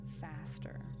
faster